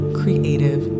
creative